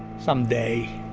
someday,